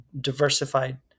diversified